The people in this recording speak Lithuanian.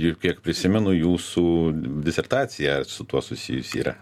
ir kiek prisimenu jūsų disertacija su tuo susijusi yra